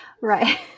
Right